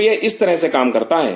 तो यह इस तरह से काम करता है